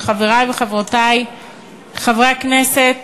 של חברת הכנסת קארין אלהרר וקבוצת חברי הכנסת.